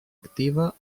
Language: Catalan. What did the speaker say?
activa